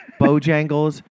Bojangles